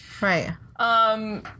Right